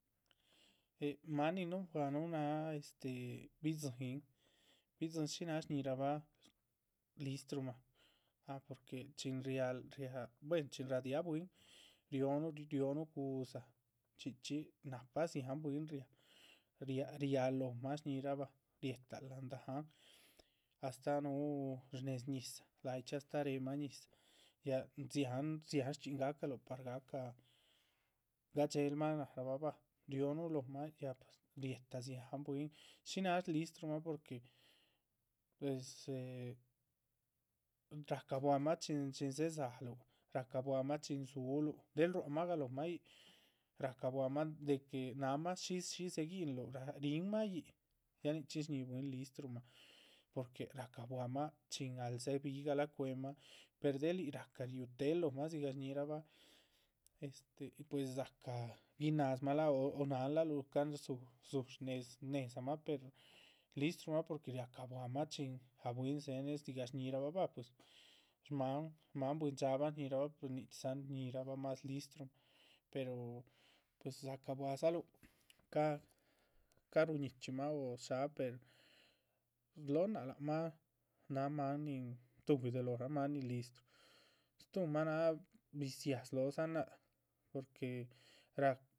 Eh máan nin nuhunbuanuh náha este bidziín, bidziín shínaha shñíhirahbah listruhmah ah porque chin riáhl buen chin radiáha bwín rionuh rionuh gu´dza chxí chxí nahpa. dziáhan bwín riáh riáhl lóhoma shñíhirabah riéhetal láhan dahán astáh núhu shnédz ñizah, láyichxí astáh réhemah ñizah ya dziáhan dziáhan shchxín gáhcaluh. par gáhcah gadxéhelmah nárahbah bah, riónuh lóhomah ya pues riéhetah dziáhan bwín, shínáha listruhmah porque pues dzéhe rahcabuáhamah chin dzédzaluh rahcahbuáhamah. chin dzúhuluh del ruhuamah galóhmah yíc rahcahbuáhamah de que náhanmah shí dzé guinluh rihinmah yíc, ya nichxín shñíhi bwín listrumah, porque rahcahbuáhamah. chin ahl dzébigahlah cuémah pero del yíc ráhca riútehel lóhmah dzigah shñíhirahbah este pues dzácah ginazmah láha o náhanlaluh cáh rdzú shnéz shnédzamah listrumah. porque racabuahama chin ah bwín dzé neh dzigah shñíhirabah bah shmáhan bwín dxaaban nichxídzahan bah shñíhirabah mah listruhmah, pero pues dzácah buadzaluh. ca´ ca´ ruñichxímah o sháha per slóhon náac lac mah náh máan nin tuhbi de lóhora máhan nin listru stuhma náha biziáha slóhodzan náh porque ra´